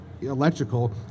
electrical